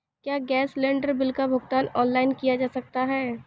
क्या gas cylinder bill का भुगतान ऑनलाइन किया जा सकता है?